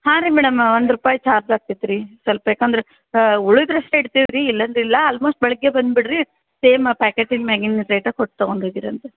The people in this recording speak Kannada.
ಹಾಂ ರೀ ಮೇಡಮ್ ಒಂದು ರೂಪಾಯಿ ಚಾರ್ಜ್ ಆಗ್ತೈತೆ ರೀ ಸ್ವಲ್ಪ ಯಾಕಂದ್ರೆ ಉಳ್ದರಷ್ಟೇ ಇಡ್ತೀವಿ ರೀ ಇಲ್ಲಾಂದ್ರೆ ಇಲ್ಲ ಆಲ್ಮೋಸ್ಟ್ ಬೆಳಿಗ್ಗೆ ಬಂದು ಬಿಡಿರಿ ಸೇಮ್ ಆ ಪ್ಯಾಕೇಟಿನ ಮ್ಯಾಲಿನ ರೇಟೇ ಕೊಟ್ಟು ತೊಗೊಂಡು ಹೋಗೋರಂತೆ